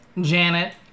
Janet